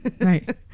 right